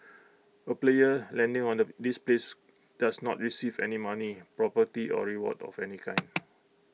A player landing on the this place does not receive any money property or reward of any kind